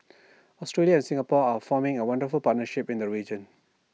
Australia and Singapore are forming A wonderful partnership in the region